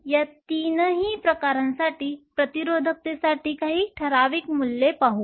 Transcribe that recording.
या तीनही प्रकारांसाठी प्रतिरोधकतेसाठी आपण काही ठराविक मूल्ये पाहू